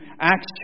Acts